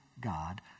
God